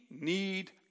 need